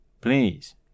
Please